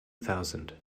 thousand